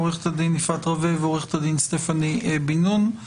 עו"ד יפעת רווה ועו"ד סטפאני בן-נון.